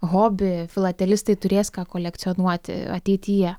hobį filatelistai turės ką kolekcionuoti ateityje